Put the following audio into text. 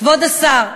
כבוד השר,